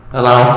Hello